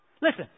Listen